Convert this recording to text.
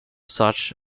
such